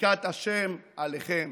ברכת השם עליכם.